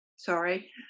Sorry